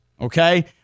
Okay